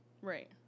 Right